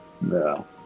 No